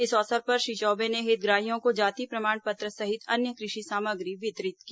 इस अवसर पर श्री चौबे ने हितग्राहियों को जाति प्रमाण पत्र सहित अन्य कृषि सामग्री वितरित की